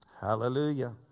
Hallelujah